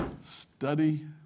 study